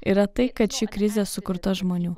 yra tai kad ši krizė sukurta žmonių